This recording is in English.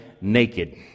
naked